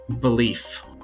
Belief